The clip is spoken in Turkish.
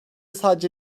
sadece